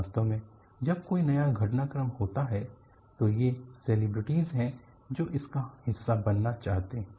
वास्तव में जब कोई नया घटनाक्रम होता है तो ये सेलिब्रिटीज हैं जो इसका हिस्सा बनना चाहते हैं